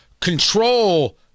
control